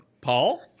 Paul